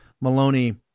Maloney